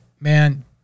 man